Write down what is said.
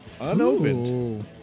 unopened